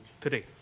today